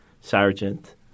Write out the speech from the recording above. Sergeant